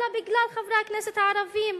אלא בגלל חברי הכנסת הערבים,